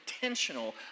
intentional